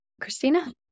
christina